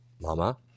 Mama